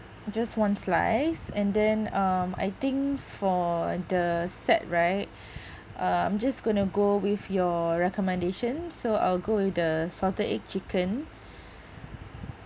just one slice and then um I think for the set right I'm just going to go with your recommendation so I'll go with the salted egg chicken